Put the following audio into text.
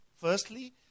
Firstly